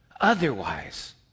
Otherwise